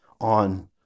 on